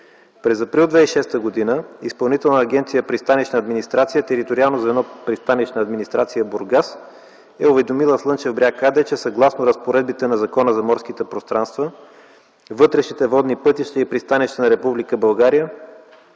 През април 2006 г. Изпълнителна агенция „Пристанищна администрация”, Териториално звено „Пристанищна администрация” – Бургас, е уведомило „Слънчев бряг” АД, че съгласно разпоредбите на Закона за морските пространства, вътрешните водни пътища и пристанища на Република България,